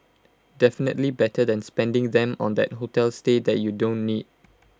definitely better than spending them on that hotel stay that you don't need